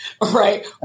right